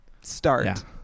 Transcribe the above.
start